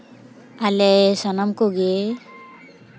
ᱟᱞᱮ ᱥᱟᱱᱟᱢ ᱠᱚᱜᱮ